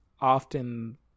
often